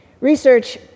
Research